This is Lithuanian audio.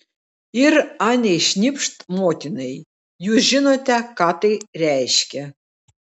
ir anei šnipšt motinai jūs žinote ką tai reiškia